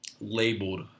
labeled